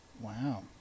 Wow